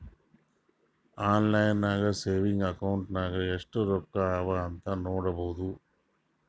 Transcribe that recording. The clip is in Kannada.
ಆನ್ಲೈನ್ ನಾಗೆ ಸೆವಿಂಗ್ಸ್ ಅಕೌಂಟ್ ನಾಗ್ ಎಸ್ಟ್ ರೊಕ್ಕಾ ಅವಾ ಅಂತ್ ನೋಡ್ಬೋದು